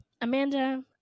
Amanda